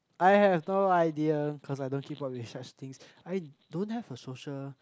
I have no idea cause I don't keep up with such things I don't have a social